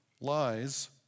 lies